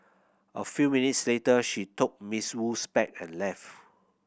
a few minutes later she took Miss Wu's bag and left